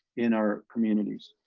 in our communities.